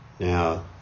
Now